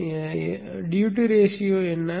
இப்போது duty ratio என்ன